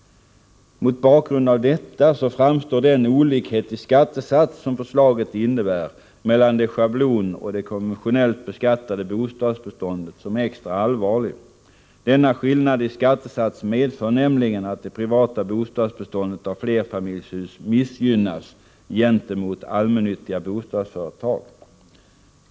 Mot bakgrund av detta framstår den olikhet i skattesats som förslaget innebär mellan det schablonbeskattade och det konventionellt beskattade bostadsbeståndet som extra allvarligt. Denna skillnad i skattesats medför nämligen att det privata bostadsbeståndet av flerfamiljshus missgynnas i förhållande till allmännyttiga bostadsföretag.